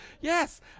Yes